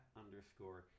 underscore